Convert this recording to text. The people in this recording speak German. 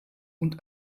und